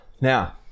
Now